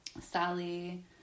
sally